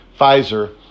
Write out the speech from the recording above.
Pfizer